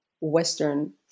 western